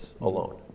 alone